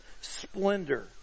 splendor